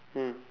mm